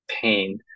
pain